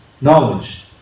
knowledge